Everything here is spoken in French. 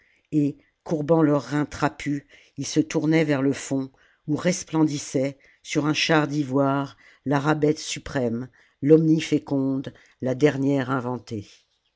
et courbant leurs reins trapus ils se tournaient vers le fond où resplendissait sur un char d'ivoire la rabbet suprême l'omniféconde la dernière inventée